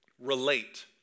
relate